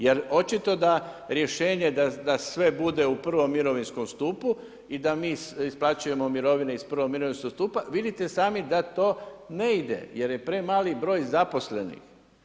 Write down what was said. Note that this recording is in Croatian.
Jer očito da rješenje da sve bude u prvom mirovinskom stupu i da mi isplaćujemo mirovine iz prvog mirovinskog stupa vidite sami da to ne ide, jer je premali broj zaposlenih.